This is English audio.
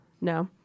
No